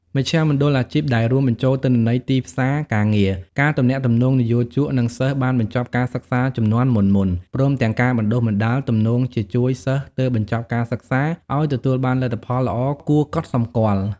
មជ្ឈមណ្ឌលអាជីពដែលរួមបញ្ចូលទិន្នន័យទីផ្សារការងារ ការទំនាក់ទំនងនិយោជក និងសិស្សបានបញ្ចប់ការសិក្សាជំនាន់មុនៗ ព្រមទាំងការបណ្តុះបណ្តាល ទំនងជាជួយសិស្សទើបបញ្ចប់ការសិក្សាឱ្យទទួលបានលទ្ធផលល្អគួរកត់សម្គាល់។